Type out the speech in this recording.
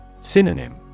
Synonym